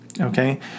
Okay